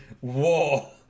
war